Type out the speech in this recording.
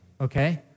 okay